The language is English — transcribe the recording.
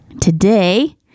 Today